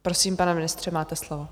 Prosím, pane ministře, máte slovo.